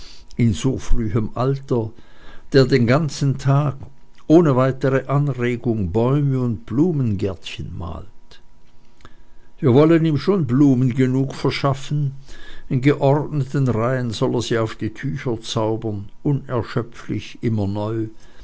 in so frühem alter der den ganzen tag ohne weitere anregung bäume und blumengärtchen malt wir wollen ihm schon blumen genug verschaffen in geordneten reihen soll er sie auf die tücher zaubern unerschöpflich immer neu